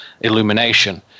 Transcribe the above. illumination